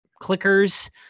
clickers